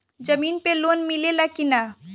जमीन पे लोन मिले ला की ना?